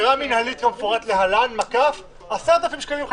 כתוב: "בעבירה מנהלית כמפורט להלן 10,000 שקלים חדשים".